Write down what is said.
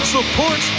Support